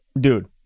dude